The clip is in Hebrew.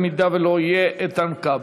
אם לא יהיה, איתן כבל.